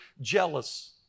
jealous